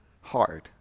hard